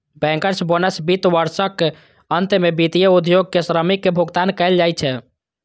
bankers bonus वित्त वर्षक अंत मे वित्तीय उद्योग के श्रमिक कें भुगतान कैल जाइ छै